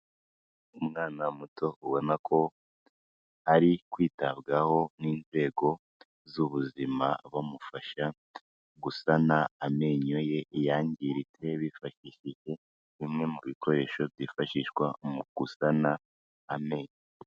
Umwana muto ubona ko ari kwitabwaho n'inzego z'ubuzima, bamufasha gusana amenyo ye yangiritse bifashishije bimwe mu bikoresho byifashishwa mu gusana amenyo.